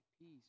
peace